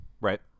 right